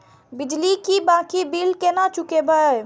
बिजली की बाकी बील केना चूकेबे?